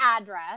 address